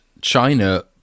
china